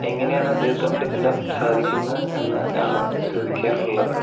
എങ്ങനെയാണ് അദ്ദേഹത്തെ കൊണ്ട് ഇതെല്ലാം സാധിക്കുന്നത് എന്ന് ആണ് ചോദിക്കാൻ ഉള്ളത്